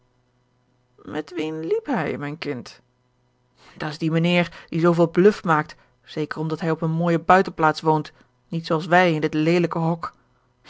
met wien liep hij mijn kind dat is die meheer die zooveel bluf maakt zeker omdat hij op eene mooije buitenplaats woont niet zooals wij in dit leelijke hok